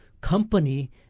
company